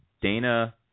Dana